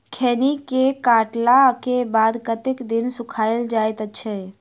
खैनी केँ काटला केँ बाद कतेक दिन सुखाइल जाय छैय?